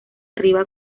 arriba